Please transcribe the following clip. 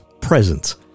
presence